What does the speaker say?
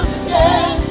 again